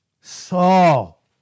Saul